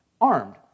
armed